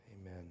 Amen